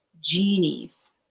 genies